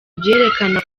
byerekana